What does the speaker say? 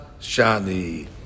Shani